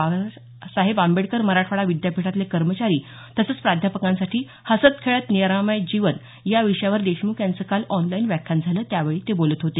बाबासाहेब आंबेडकर मराठवाडा विद्यापीठातले कर्मचारी तसंच प्राध्यापकांसाठी हसत खेळत निरामय जीवन या विषयावर देशमुख यांचं काल ऑनलाईन व्याख्यान झालं त्यावेळी ते बोलत होते